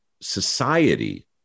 society